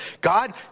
God